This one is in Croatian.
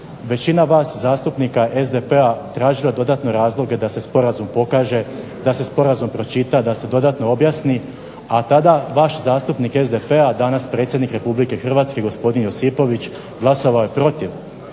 većina vas zastupnika SDP-a tražila dodatne razloge da se sporazum pokaže, da se sporazum pročita, da se dodatno objasni, a kada vaš zastupnik SDP-a danas predsjednik Republike Hrvatske gospodin Josipović glasovao je protiv